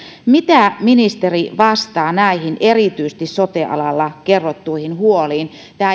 mitä ministeri vastaa näihin erityisesti sote alalla kerrottuihin huoliin tämä